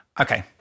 Okay